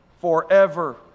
forever